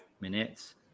minutes